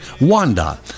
WANDA